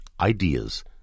ideas